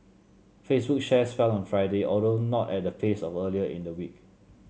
Facebook shares fell on Friday although not at the pace of earlier in the week